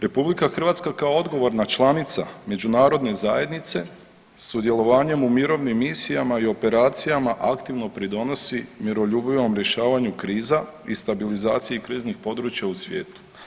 RH kao odgovorna članica međunarodne zajednice sudjelovanjem u mirovnim misijama i operacijama aktivno pridonosi miroljubivom rješavanju kriza i stabilizaciji kriznih područja u svijetu.